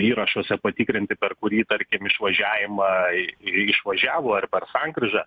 įrašuose patikrinti per kurį tarkim išvažiavimą išvažiavo ar per sankryžą